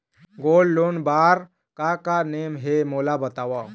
Gold loan बार का का नेम हे, मोला बताव?